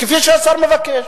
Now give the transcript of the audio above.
כפי שהשר מבקש.